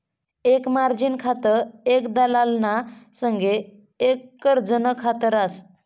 एक मार्जिन खातं एक दलालना संगे एक कर्जनं खात रास